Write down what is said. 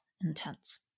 intense